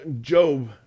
Job